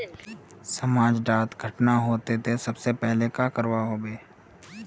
समाज डात घटना होते ते सबसे पहले का करवा होबे?